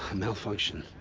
malfunction.